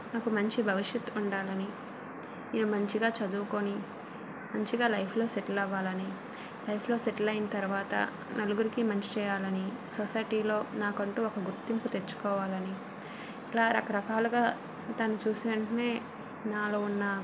నాకు మంచి భవిష్యత్తు ఉండాలని నేను మంచిగా చదువుకొని మంచిగా లైఫ్లో సెటిల్ అవ్వాలని లైఫ్లో సెటిల్ అయిన తర్వాత నలుగురికి మంచి చేయాలనే సొసైటిలో నాకంటు ఒక గుర్తింపు తెచ్చుకోవాలని ఇలా రకరకాలుగా దాని చూసిన వెంటనే నాలో ఉన్న